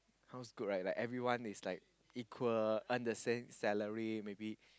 sounds good right like everyone is like equal earn the same salary maybe